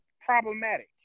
problematic